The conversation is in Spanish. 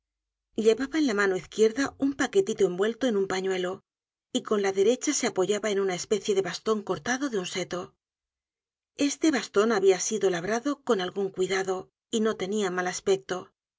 llevaba en la mano izquierda un paquetito envuelto en un pañuelo y con la derecha se apoyaba en una especie de baston cortado de un seto este baston habia sido labrado con algun cuidado y no tenia mal aspecto